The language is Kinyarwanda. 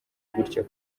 gutya